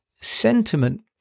sentiment